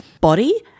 body